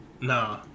Nah